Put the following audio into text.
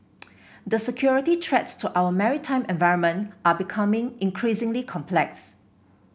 the security threats to our maritime environment are becoming increasingly complex